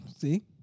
See